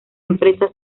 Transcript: empresa